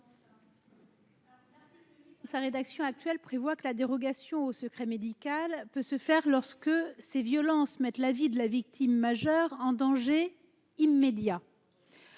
Sa rédaction actuelle prévoit que la dérogation au secret médical peut se faire lorsque ces violences mettent la vie de la victime majeure en danger immédiat.